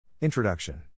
Introduction